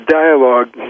dialogue